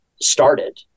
started